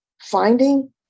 finding